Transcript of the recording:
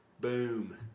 Boom